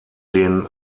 den